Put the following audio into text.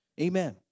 Amen